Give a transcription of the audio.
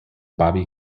bobby